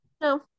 no